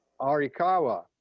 Arikawa